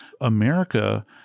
America